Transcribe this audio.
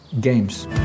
games